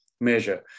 measure